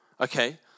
okay